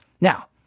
Now